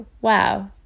wow